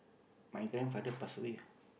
my grandfather pass away lah